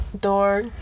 door